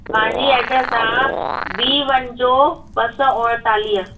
मुंहिंजी एड्रेस आहे B one जो ॿ सौ उणितालीह